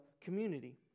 community